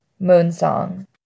Moonsong